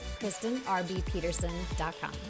KristenRBPeterson.com